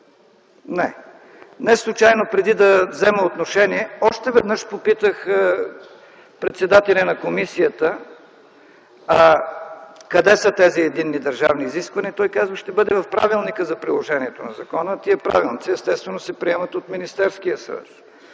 Не. Неслучайно преди да взема отношение, още веднъж попитах председателя на комисията къде са тези единни държавни изисквания. Той каза, че ще бъдат в правилника за прилагане на закона. Тези правилници, естествено, се приемат от Министерския съвет.